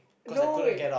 no way